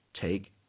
take